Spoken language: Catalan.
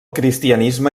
cristianisme